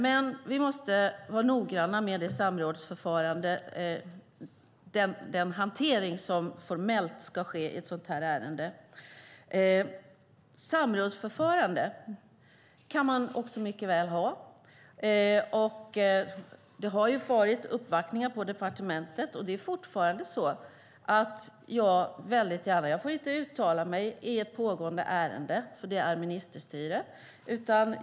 Men vi måste vara noggranna med den hantering som formellt ska ske i ett sådant här ärende. Samrådsförfarande kan man också mycket väl ha. Det har varit uppvaktningar på departementet, och det är fortfarande så att jag väldigt gärna tar emot. Men jag får inte uttala mig i ett pågående ärende, för det är ministerstyre.